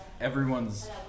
everyone's